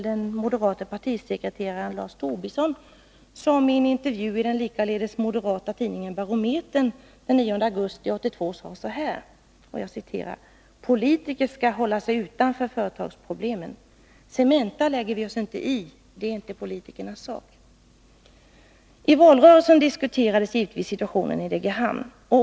den moderate partisekreteraren Lars Tobisson, som i en intervju i den likaledes moderata tidningen Barometern den 9 augusti 1982 sade så här: ”Politiker ska hålla sig utanför företagsproblem ——— Cementa lägger vi oss inte i. Det är inte politikernas sak.” I valrörelsen diskuterades givetvis situationen i Degerhamn.